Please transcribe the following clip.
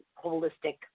holistic